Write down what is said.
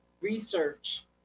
research